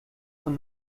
von